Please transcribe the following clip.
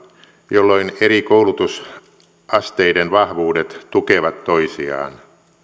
jolloin eri koulutusasteiden vahvuudet tukevat toisiaan